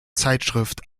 zeitschrift